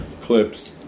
clips